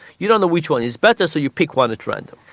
you don't know which one is better so you pick one at random.